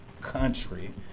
country